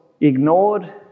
ignored